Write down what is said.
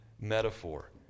metaphor